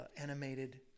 animated